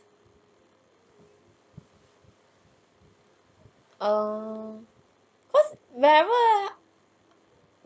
err cause whenever